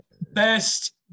Best